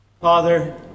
Father